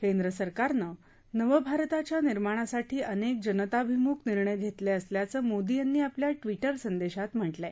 केंद्रसरकारनं नवभारताच्या निर्माणासाठी अनेक जनताभिमुख निर्णय घेतले असल्याचं मोदी यांनी आपल्या ट्विटर संदेशात म्हटलं आहे